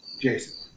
Jason